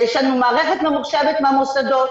יש לנו מערכת ממוחשבת מהמוסדות,